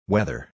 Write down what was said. Weather